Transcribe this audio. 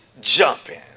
jumping